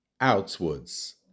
outwards